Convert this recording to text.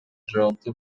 жоопту